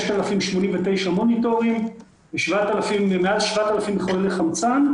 6,089 מוניטורים ומעל 7,000 מחוללי חמצן.